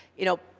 you know,